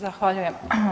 Zahvaljujem.